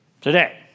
today